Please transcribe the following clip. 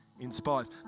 inspires